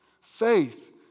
faith